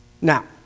Now